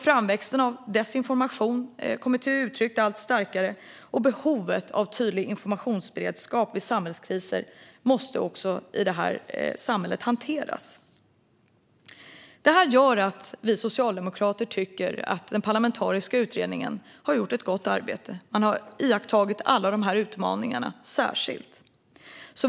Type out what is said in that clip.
Framväxten av desinformation har kommit till uttryck allt starkare, och behovet av tydlig informationsberedskap vid samhällskriser måste hanteras. Vi socialdemokrater tycker att den parlamentariska utredningen har gjort ett gott arbete. Man har iakttagit alla de här utmaningarna särskilt.